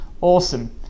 awesome